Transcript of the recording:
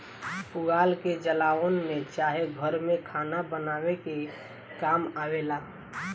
पुआल के जलावन में चाहे घर में खाना बनावे के काम आवेला